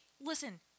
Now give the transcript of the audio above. listen